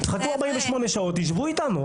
חכו 48 שעות ושבו איתנו,